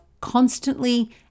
constantly